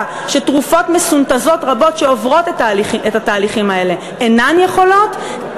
שתרופות מסונתזות רבות שעוברות את התהליכים האלה אינן יכולות,